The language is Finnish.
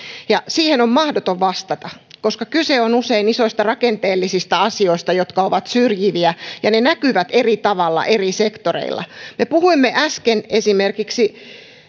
ja siihen on mahdoton vastata koska kyse on usein isoista rakenteellisista asioista jotka ovat syrjiviä ja ne näkyvät eri tavalla eri sektoreilla me puhuimme äsken esimerkiksi